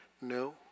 no